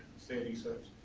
say, research,